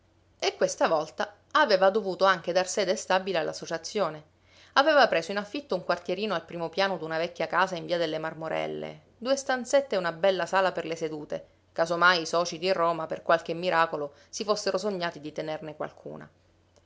e questa volta aveva dovuto anche dar sede stabile all'associazione aveva preso in affitto un quartierino al primo piano d'una vecchia casa in via delle marmorelle due stanzette e una bella sala per le sedute caso mai i soci di roma per qualche miracolo si fossero sognati di tenerne qualcuna